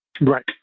Right